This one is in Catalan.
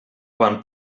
quan